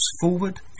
forward